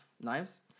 knives